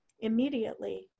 Immediately